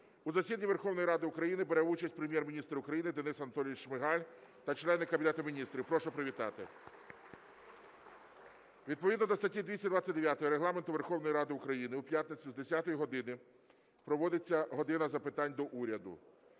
у засіданні Верховної Ради України бере участь Прем'єр-міністр України Денис Анатолійович Шмигаль та члени Кабінету Міністрів. Прошу привітати. (Оплески) Відповідно до статті 229 Регламенту Верховної Ради України у п'ятницю з 10 години проводиться "година запитань до Уряду".